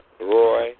Roy